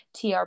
TR